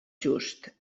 just